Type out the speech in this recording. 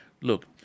Look